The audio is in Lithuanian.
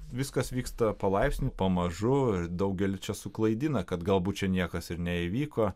viskas vyksta palaipsniui pamažu ir daugelį čia suklaidina kad galbūt čia niekas ir neįvyko